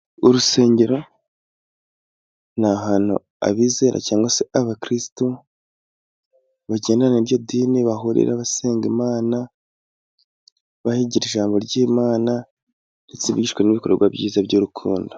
Urusengero ni ahantu abizera cyangwa se abakirisitu bagendana n'iryo dini bahurira basenga Imana, bahigira ijambo ry'imana ndetse bigishwa n'ibikorwa byiza by'urukundo.